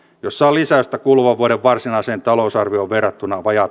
jossa on lisäystä kuluvan vuoden varsinaiseen talousarvioon verrattuna vajaat